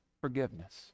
forgiveness